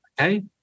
okay